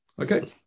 Okay